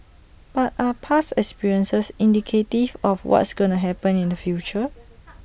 but are past experiences indicative of what's gonna happen in future